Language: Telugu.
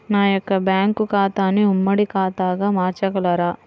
నా యొక్క బ్యాంకు ఖాతాని ఉమ్మడి ఖాతాగా మార్చగలరా?